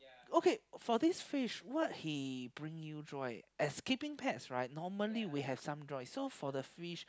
okay for this fish what he bring you joy as keeping pets right normally we have some joy so for the fish